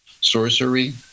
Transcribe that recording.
Sorcery